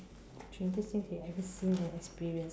strangest thing you've ever seen and experience